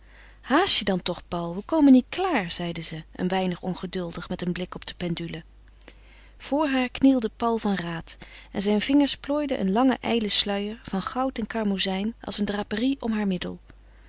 haast je dan toch paul we komen niet klaar zeide ze een weinig ongeduldig met een blik op de pendule voor haar knielde paul van raat en zijn vingers plooiden een langen ijlen sluier van goud en karmozijn als een draperie om haar middel